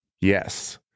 Yes